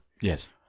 Yes